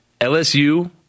LSU